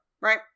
right